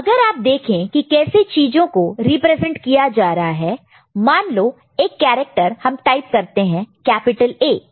अगर आप देखें कि कैसे चीजों को रिप्रेजेंट किया जा रहा है मान लो एक कैरेक्टर हम टाइप करते हैं कैपिटल A